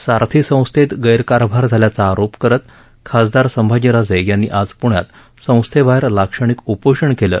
सारथी संस्थेत गैरकारभार झाल्याचा आरोप करत खासदार संभाजी राजे यांनी आज पण्यात संस्थेबाहेर लाक्षणिक उपोषण केलं